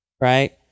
right